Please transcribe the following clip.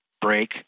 break